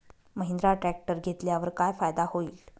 Mahindra tractor घेतल्यावर काय फायदा होईल?